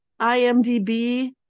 imdb